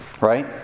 Right